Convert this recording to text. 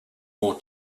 more